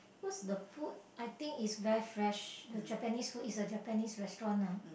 cause the food I think is very fresh the Japanese food is a Japanese restaurant ah